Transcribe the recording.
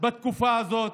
בתקופה הזאת,